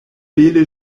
bele